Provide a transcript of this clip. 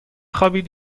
خوابید